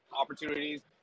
opportunities